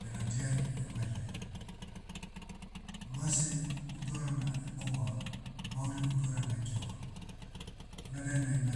Bena diari emailaia. Mase, uduarana ekoua, mauri uduarana e kehoa. Una dainai na,